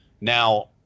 Now